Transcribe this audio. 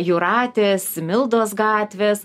jūratės mildos gatvės